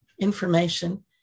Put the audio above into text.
information